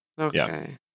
Okay